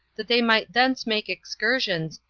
that they might thence make excursions,